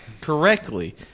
correctly